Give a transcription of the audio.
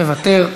מוותר.